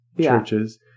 Churches